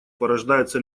порождается